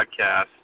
podcast